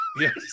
Yes